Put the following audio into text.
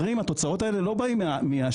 התוצאות האלה לא באות מהשמים,